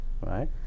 Right